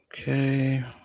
Okay